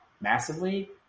massively